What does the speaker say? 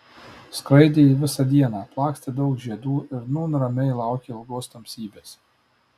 skraidė ji visą dieną aplakstė daug žiedų ir nūn ramiai laukė ilgos tamsybės